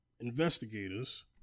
investigators